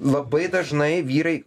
labai dažnai vyrai